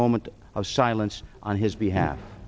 moment of silence on his behalf